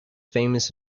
famous